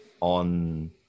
on